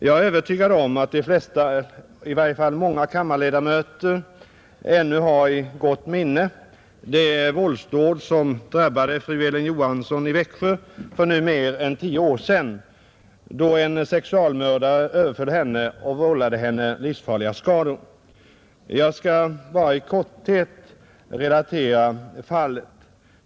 Jag var övertygad om att de flesta — eller i varje fall många — kammarledamöter ännu har i gott minne det våldsdåd som drabbade fru Elin Johansson i Växjö för nu mer än tio år sedan, då en sexualmördare överföll henne och vållade henne livsvariga skador. Jag skall bara i korthet relatera fallet.